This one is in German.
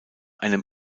einem